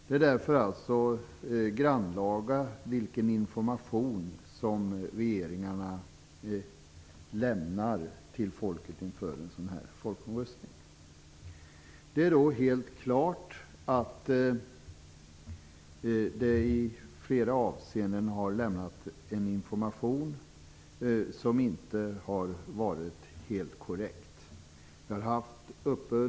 Det är alltså grannlaga vilken information som regeringarna lämnar till folket inför en folkomröstning. Det står helt klart att det i flera avseenden har lämnats en information som inte har varit helt korrekt.